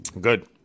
good